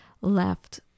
left